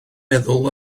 meddwl